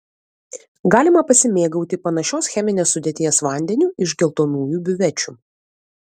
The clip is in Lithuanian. galima pasimėgauti panašios cheminės sudėties vandeniu iš geltonųjų biuvečių